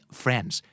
friends